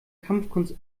kampfkunst